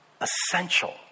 essential